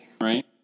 Right